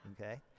okay